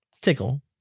tickle